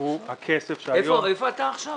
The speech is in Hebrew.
הוא הכסף שהיום -- איפה אתה עכשיו?